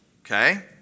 Okay